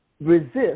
resist